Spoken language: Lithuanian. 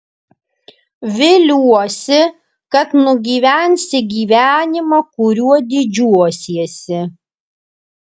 viliuosi kad nugyvensi gyvenimą kuriuo didžiuosiesi